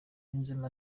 yunzemo